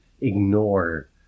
ignore